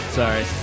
sorry